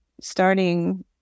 starting